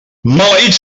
maleïts